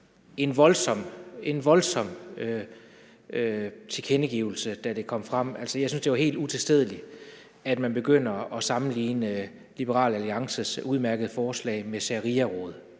voldsomme tilkendegivelser, da det kom frem. Jeg synes, det var helt utilstedeligt, at man begyndte at sammenligne Liberal Alliances udmærkede forslag med sharialov.